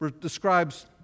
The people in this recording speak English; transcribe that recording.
describes